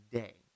day